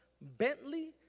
Bentley